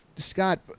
Scott